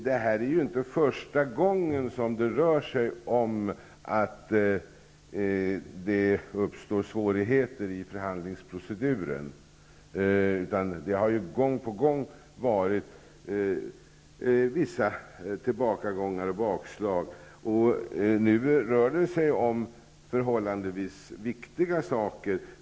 Det är inte första gången som det uppstår svårigheter i förhandlingsproceduren. Gång på gång har det blivit vissa tillbakagångar och bakslag. Nu rör det sig om förhållandevis viktiga saker.